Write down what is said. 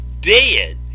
dead